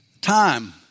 time